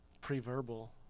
pre-verbal